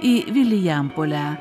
į vilijampolę